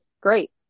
great